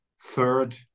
third